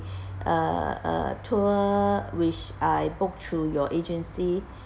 uh uh tour which I book through your agency